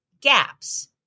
gaps